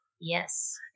Yes